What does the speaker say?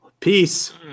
Peace